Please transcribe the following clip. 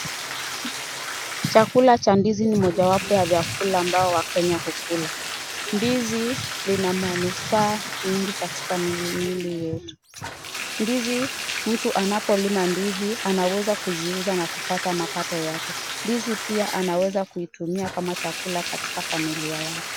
Chakula cha ndizi ni mojawapo ya vyakula ambao wakenya hukula. Ndizi lina manufaa mingi katika mwili miili yetu. Ndizi, mtu anapolima ndizi anaweza kuziuza na kupata mapato yake. Ndizi pia anaweza kuzitumia kama chakula katika familia yake.